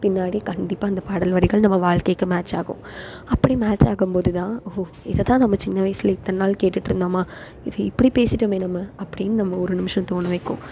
பின்னாடி கண்டிப்பாக இந்த பாடல் வரிகள் நம்ம வாழ்க்கைக்கு மேச் ஆகும் அப்படி மேச் ஆகும் போது தான் ஒ இதை தான் நம்ம சின்ன வயசில் இத்தனை நாள் கேட்டுகிட்டு இருந்தோமா இதை இப்படி பேசிவிட்டோமே நம்ம அப்படின்னு நம்ம ஒரு நிமிஷம் தோண வைக்கும்